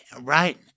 Right